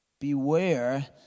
Beware